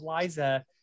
Liza